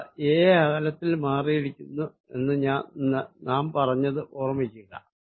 ഇവ a അകലത്തിൽ മാറിയിരിക്കുന്നു എന്ന് നാം പറഞ്ഞത് ഓർമ്മിക്കുക